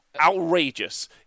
outrageous